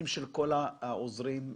לכל העוזרים,